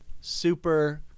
super